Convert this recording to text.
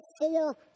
four